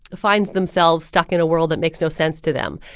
finds themselves stuck in a world that makes no sense to them.